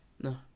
No